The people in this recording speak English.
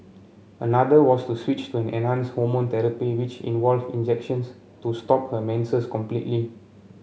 another was to switch to an enhanced hormone therapy which involved injections to stop her menses completely